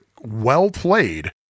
well-played